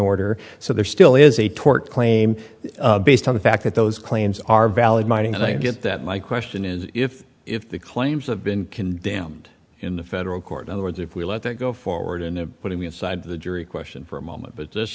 order so there still is a tort claim based on the fact that those claims are valid mining and i get that my question is if if the claims have been condemned in the federal court in other words if we let that go forward in the putting aside the jury question for a moment but just